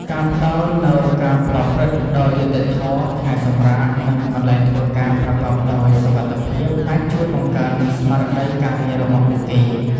ការផ្តល់នូវការប្រព្រឹត្តដោយយុត្តិធម៌ ថ្ងៃសម្រាក និងកន្លែងធ្វើការប្រកបដោយសុវត្ថិភាពអាចជួយបង្កើនស្មារតីការងាររបស់ពួកគេ។